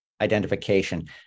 identification